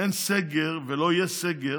אין סגר ולא יהיה סגר,